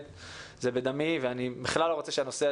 ואני לא רוצה שהנושא הזה יהיה אתגר עבורנו,